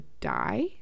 die